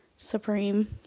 Supreme